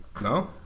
no